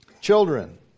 Children